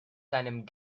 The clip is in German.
seinem